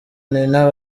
nina